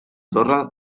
torre